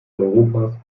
europas